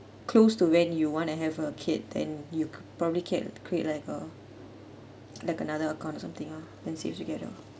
close to when you want to have a kid then you probably can create like a like another account or something ah then saves together